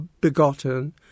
begotten